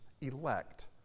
elect